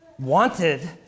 wanted